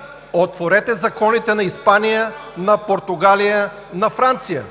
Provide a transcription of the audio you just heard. ГЕРБ.) Отворете законите на Испания, на Португалия, на Франция.